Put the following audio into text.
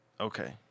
Okay